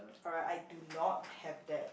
alright I do not have that